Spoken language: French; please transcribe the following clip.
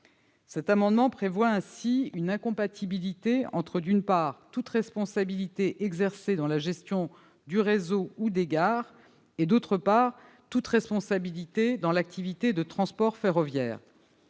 Cet amendement tend ainsi à prévoir une incompatibilité entre, d'une part, toute responsabilité exercée dans la gestion du réseau ou des gares, et, d'autre part, toute responsabilité dans l'activité de transport ferroviaire.